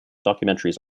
documentaries